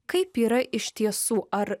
kaip yra iš tiesų ar